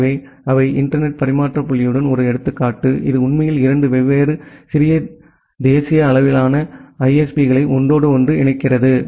எனவே அவை இன்டர்நெட் பரிமாற்ற புள்ளியின் ஒரு எடுத்துக்காட்டு இது உண்மையில் 2 வெவ்வேறு தேசிய அளவிலான ISP களை ஒன்றோடொன்று இணைக்கிறது